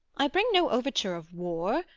i bring no overture of war,